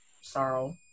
sorrow